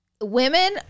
women